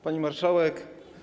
Pani Marszałek!